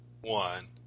one